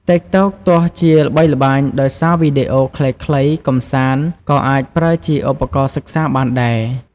តិកតុក ទោះជាល្បីល្បាញដោយសារវីដេអូខ្លីៗកម្សាន្ត ក៏អាចប្រើជាឧបករណ៍សិក្សាបានដែរ។